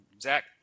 Zach